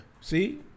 See